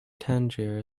tangier